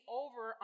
over